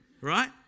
Right